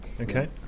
okay